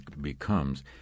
becomes